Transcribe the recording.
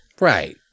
right